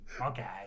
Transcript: Okay